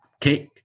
cake